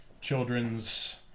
children's